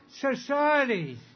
societies